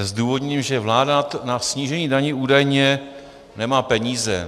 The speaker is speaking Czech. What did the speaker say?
Zdůvodněním je, že vláda na snížení daní údajně nemá peníze.